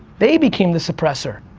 they became the suppressor,